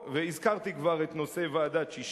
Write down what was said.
והזכרתי כבר את נושא ועדת-ששינסקי,